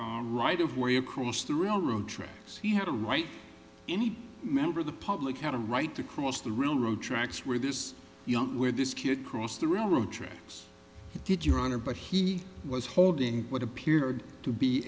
place right of way across the railroad tracks he had a right any member of the public had a right to cross the railroad tracks where this young where this kid crossed the railroad tracks did your honor but he was holding what appeared to be